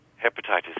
hepatitis